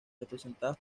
representadas